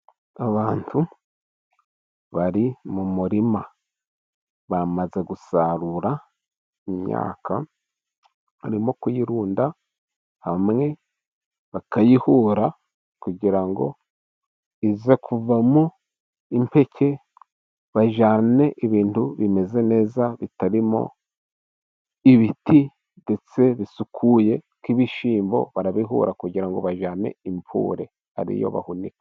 Abantu bari mu murima bamaze gusarura imyaka barimo kuyirunda hamwe, bakayihura kugira ngo ize kuvamo impeke bajyane ibintu bimeze neza bitarimo ibiti ndetse bisukuye. Nk'ibishyimbo barabihura kugira ngo bajyane impure ari yo bahunika.